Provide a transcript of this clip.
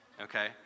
okay